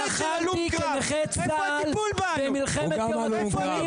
אני רוצה להגיד לכם שיש עוד הרבה מאוד בעיות,